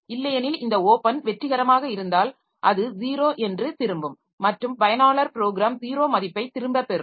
இல்லையெனில் இந்த ஓப்பன் வெற்றிகரமாக இருந்தால் அது 0 என்று திரும்பும் மற்றும் பயனாளர் ப்ரோக்ராம் 0 மதிப்பை திரும்ப பெறும்